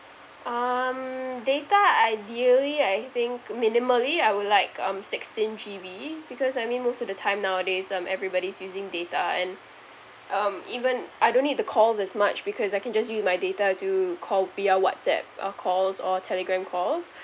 um data ideally I think minimally I would like um sixteen G_B because I mean most of the time nowadays um everybody's using data and um even I don't need the calls as much because I can just use my data to call via whatsapp uh calls or telegram calls